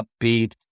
upbeat